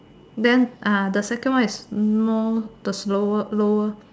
then the second one is more the slower lower